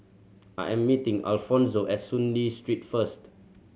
I am meeting Alfonzo at Soon Lee Street first